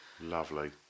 lovely